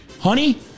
Honey